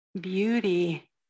beauty